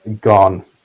gone